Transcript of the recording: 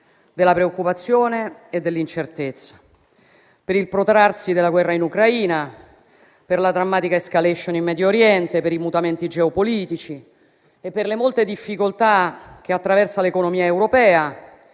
della preoccupazione e dell'incertezza per il protrarsi della guerra in Ucraina, la drammatica *escalation* in Medio Oriente, i mutamenti geopolitici e le molte difficoltà che attraversa l'economia europea,